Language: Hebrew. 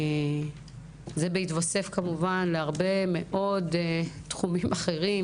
זה בהתווסף כמובן להרבה מאוד תחומים אחרים